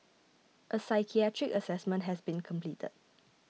a psychiatric assessment has been completed